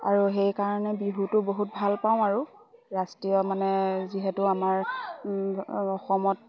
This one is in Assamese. আৰু সেইকাৰণে বিহুটো বহুত ভাল পাওঁ আৰু ৰাষ্ট্ৰীয় মানে যিহেতু আমাৰ অসমত